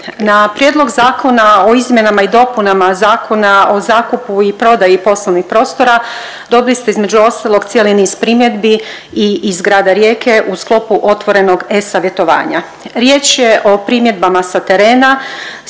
na Prijedlog Zakona o izmjenama i dopunama Zakona o zakupu i prodaji poslovnih prostora dobili ste između ostalog cijeli niz primjedbi i iz grada Rijeke u sklopu otvorenog e-savjetovanja. Riječ je o primjedbama sa terena,